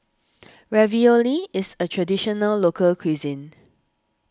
Ravioli is a Traditional Local Cuisine